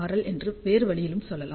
L என்று வேறு வழியிலும் சொல்லலாம்